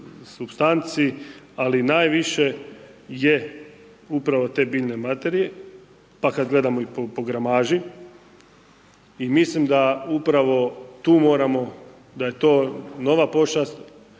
supstanci ali najviše je upravo te biljne materije pa kad gledamo i po gramaži i mislim da upravo tu moramo, da je to nova pošast